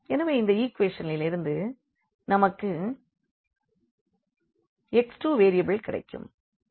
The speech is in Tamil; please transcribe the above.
எனவே இந்த ஈக்குவேஷனிலிருந்து நமக்கு x 2 வேரியபிள் கிடைக்கும்